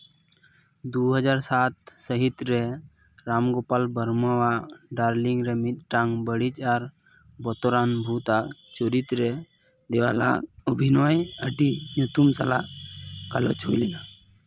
ᱫᱩ ᱦᱟᱡᱟᱨ ᱥᱟᱛ ᱥᱟ ᱦᱤᱛ ᱨᱮ ᱨᱟᱢᱜᱳᱯᱟᱞ ᱵᱚᱨᱢᱟᱣᱟᱜ ᱰᱟᱨᱞᱤᱝ ᱨᱮ ᱢᱤᱫᱴᱟᱝ ᱵᱟᱹᱲᱤᱡ ᱟᱨ ᱵᱚᱛᱚᱨᱟᱱ ᱵᱷᱩᱛᱟᱜ ᱪᱩᱨᱤᱛ ᱨᱮ ᱫᱮᱣᱟᱞᱼᱟᱜ ᱚᱵᱷᱤᱱᱚᱭ ᱟᱹᱰᱤ ᱧᱩᱛᱩᱢ ᱥᱟᱞᱟᱜ ᱜᱟᱞᱚᱪ ᱦᱩᱭᱞᱮᱱᱟ